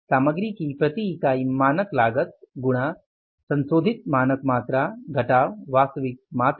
सामग्री की प्रति इकाई मानक लागत गुणा संशोधित मानक मात्रा घटाव वास्तविक मात्रा